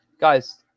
guys